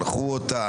שלחו אותם,